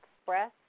express